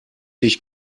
dich